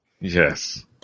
Yes